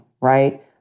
right